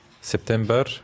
September